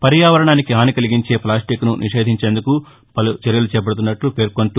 పర్యావరణానికి హాని కలిగించే ప్లాస్టిక్ను నిషేధించేందుకు పలు చర్యలు చేపడుతున్నట్లు పేర్కొంటూ